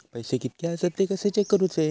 पैसे कीतके आसत ते कशे चेक करूचे?